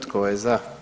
Tko je za?